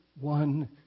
one